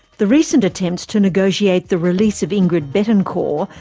the recent attempts to negotiate the release of ingrid betancourt,